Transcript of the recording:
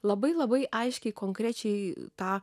labai labai aiškiai konkrečiai tą